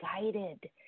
guided